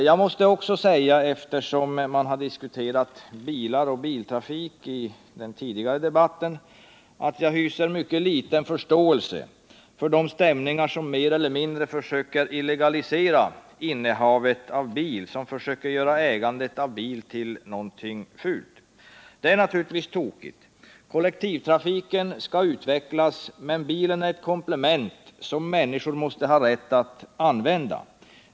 Jag måste också säga, eftersom man har diskuterat bilar och biltrafik i den tidigare debatten här, att jag hyser mycket liten förståelse för de stämningar som mer eller mindre försöker illegalisera innehavet av bil, som försöker göra ägandet av bil till något fult. Det är naturligtvis tokigt. Kollektivtrafiken skall utvecklas, men bilen är ett komplement som människor måste ha rätt att använda.